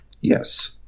yes